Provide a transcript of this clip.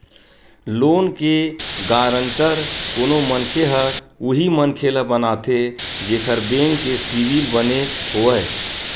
loan के guarantor कोनो मनखे ह उही मनखे ल बनाथे जेखर बेंक के सिविल बने होवय